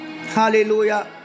hallelujah